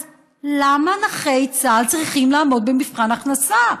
אז למה נכי צה"ל צריכים לעמוד במבחן הכנסה?